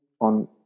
on